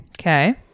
Okay